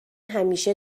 همیشه